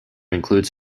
includes